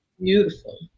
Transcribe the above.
Beautiful